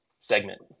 segment